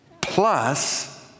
plus